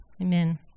Amen